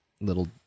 little